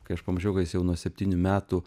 kai aš pamačiau kad jis jau nuo septynių metų